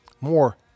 more